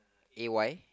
A Y